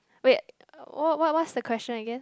wait what what what's the question again